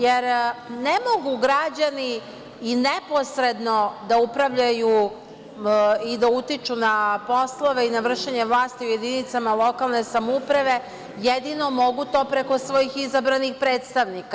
Jer, ne mogu građani i neposredno da upravljaju i da utiču na poslove i na vršenje vlasti u jedinicama lokalne samouprave, jedino mogu to preko svojih izabranih predstavnika.